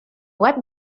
web